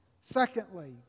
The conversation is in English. Secondly